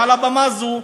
מעל הבמה הזו,